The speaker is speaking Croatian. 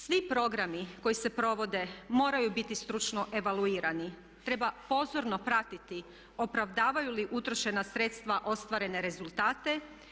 Svi programi koji se provode moraju biti stručno evaluirani, treba pozorno pratiti opravdavaju li utrošena sredstva ostvarene rezultate.